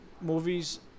movies